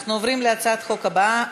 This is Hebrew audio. אנחנו עוברים להצעת החוק הבאה,